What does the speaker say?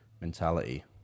mentality